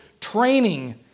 training